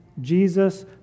Jesus